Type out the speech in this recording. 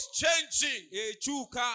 changing